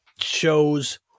shows